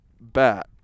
bat